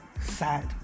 sad